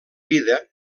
vida